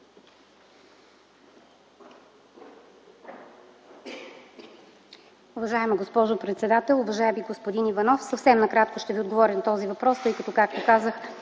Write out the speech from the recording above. Уважаеми господин председател, уважаеми господин Иванов! Съвсем накратко ще Ви отговоря на този въпрос. Както казах,